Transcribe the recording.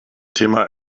thema